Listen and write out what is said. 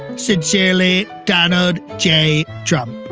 sincerely donald j trump